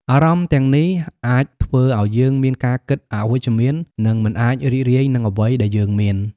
អារម្មណ៍ទាំងនេះអាចធ្វើឱ្យយើងមានការគិតអវិជ្ជមាន និងមិនអាចរីករាយនឹងអ្វីដែលយើងមាន។